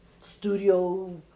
studio